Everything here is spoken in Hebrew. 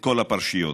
כל הפרשיות.